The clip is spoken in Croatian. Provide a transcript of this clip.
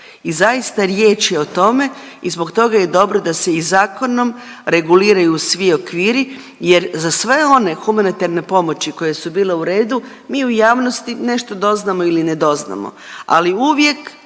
I zaista riječ je o tome i zbog toga je i dobro da se i zakonom reguliraju svi okviri jer za sve one humanitarne pomoći koje su bile u redu mi u javnosti nešto doznamo ili ne doznamo,